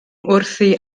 wrthi